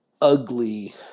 ugly